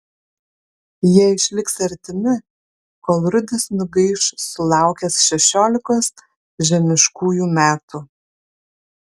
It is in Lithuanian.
jie išliks artimi kol rudis nugaiš sulaukęs šešiolikos žemiškųjų metų